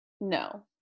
No